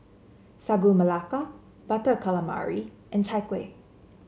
Sagu Melaka Butter Calamari and Chai Kueh